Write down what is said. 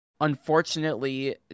unfortunately